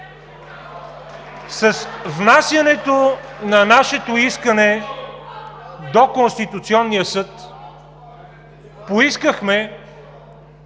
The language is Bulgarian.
С внасянето на нашето искане до Конституционния съд поискахме